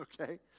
okay